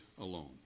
alone